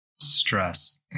stress